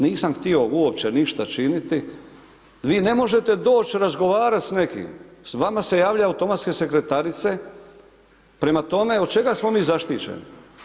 Nisam htio uopće ništa činiti, vi ne možete doći razgovarat s nekim, vama se javlja automatske sekretarice, prema tome od čega smo mi zaštićeni?